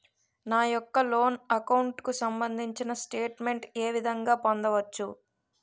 నా యెక్క loan account కు సంబందించిన స్టేట్ మెంట్ ఏ విధంగా పొందవచ్చు?